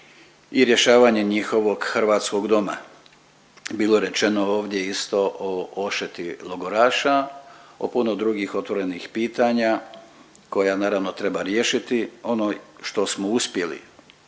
i rješavanje njihovog hrvatskog doma. Bilo je rečeno ovdje isto o odšteti logoraša, o puno drugih otvorenih pitanja koja naravno treba riješiti. Ono što smo uspjeli